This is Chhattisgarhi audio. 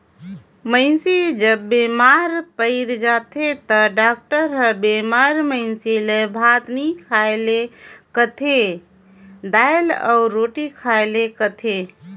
मइनसे जब बेमार पइर जाथे ता डॉक्टर हर बेमार मइनसे ल भात नी खाए ले कहेल, दाएल अउ रोटी खाए ले कहथे